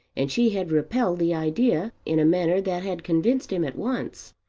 and she had repelled the idea in a manner that had convinced him at once.